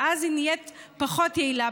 ואז היא נהיית פחות יעילה,